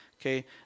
Okay